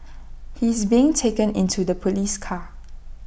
he is being taken into the Police car